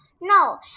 No